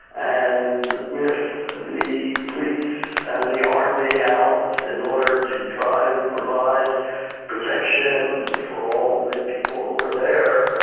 and with the police and the army out in order to try to provide protection for all the people who are there,